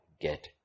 get